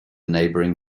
neighbouring